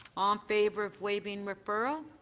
um favor of waiving referral.